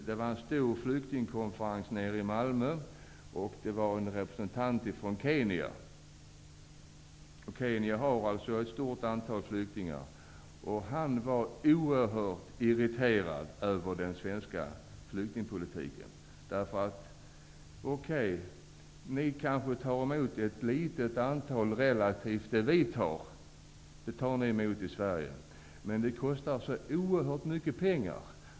Det var en stor flyktingkonferens nere i Malmö, och en representant för Kenya, som har ett stort antal flyktingar, var oerhört irriterad över den svenska flyktingpolitiken. Ni tar emot ett litet antal flyktingar i förhållande till vad vi gör, sade han, men det kostar så oerhört mycket pengar.